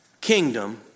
kingdom